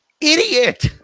Idiot